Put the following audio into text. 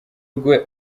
rwe